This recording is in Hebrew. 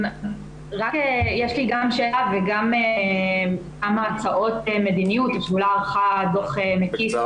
יש לי גם שאלה וגם כמה הצעות מדיניות --- דו"ח מקיף